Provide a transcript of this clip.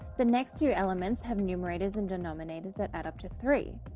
the next two elements have numerators and denominators that add up to three.